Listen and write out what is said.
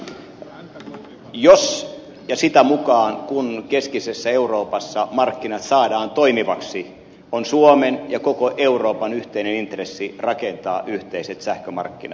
siis jos ja sitä mukaa kun keskisessä euroopassa markkinat saadaan toimiviksi on suomen ja koko euroopan yhteinen intressi rakentaa yhteiset sähkömarkkinat